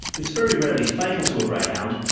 it's very rarely fatal to a greyhound,